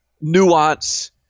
nuance